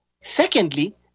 Secondly